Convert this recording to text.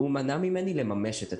הוא מנע ממני לממש את עצמי.